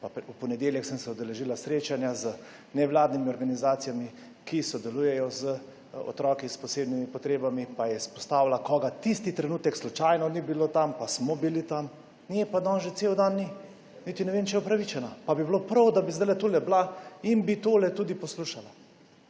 v ponedeljek sem se udeležila srečanja z nevladnimi organizacijami, ki sodelujejo z otroki s posebnimi potrebami, pa je izpostavila, koga tisti trenutek slučajno ni bilo tam, pa smo bili tam, nje pa danes že cel dan ni. Niti ne vem, če je upravičena. Pa bi bilo prav, da bi zdaj tule bila in bi tole tudi poslušala.